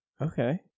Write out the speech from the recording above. Okay